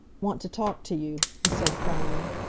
want to talk to you, he said, frowning.